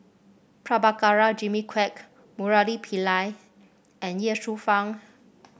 Prabhakara Jimmy Quek Murali Pillai and Ye Shufang